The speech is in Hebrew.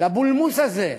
לבולמוס הזה,